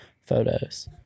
photos